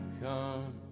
come